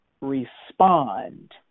respond